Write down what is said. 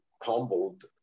humbled